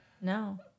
no